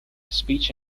speech